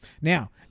Now